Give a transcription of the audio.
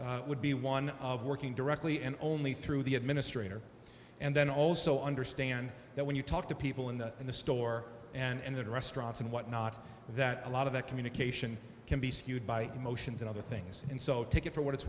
member would be one of working directly and only through the administrator and then also understand that when you talk to people in the in the store and the restaurants and whatnot that a lot of the communication can be skewed by emotions and other things and so take it for what it's